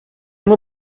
will